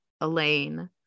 Elaine